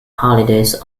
holidays